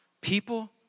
people